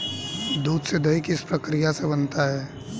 दूध से दही किस प्रक्रिया से बनता है?